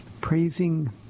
praising